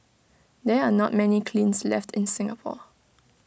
there are not many kilns left in Singapore